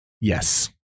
Yes